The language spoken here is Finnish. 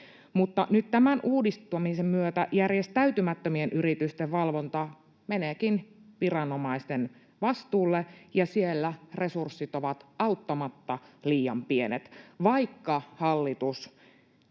tämän uudistamisen myötä järjestäytymättömien yritysten valvonta meneekin viranomaisten vastuulle, ja siellä resurssit ovat auttamatta liian pienet. Vaikka hallitus